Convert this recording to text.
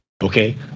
Okay